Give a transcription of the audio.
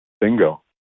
bingo